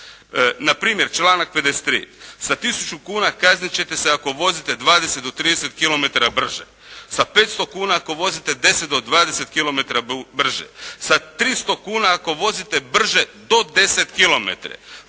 Na primjer, članak 53. sa 1000 kuna kaznit ćete se ako vozite 20 do 30 km brže. Sa 500 kn ako vozite 10 do 20 km brže. Sa 300 kuna ako vozite brže do 10 km.